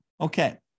Okay